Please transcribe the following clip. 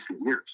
years